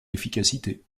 efficacité